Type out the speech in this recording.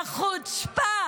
החוצפה